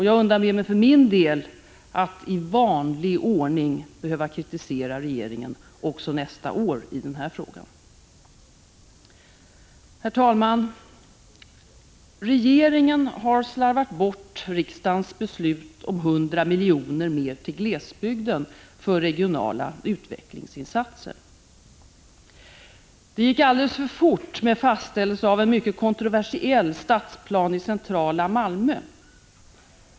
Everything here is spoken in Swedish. Jag undanber mig för min del att ”i vanlig ordning” behöva kritisera regeringen på den här punkten också nästa år. Det gick alldeles för fort med fastställelse av en mycket kontroversiell stadsplan i centrala Malmö.